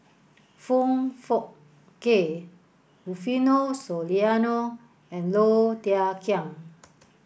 Foong Fook Kay Rufino Soliano and Low Thia Khiang